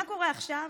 מה קורה עכשיו?